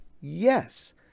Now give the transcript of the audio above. yes